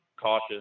cautious